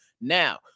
Now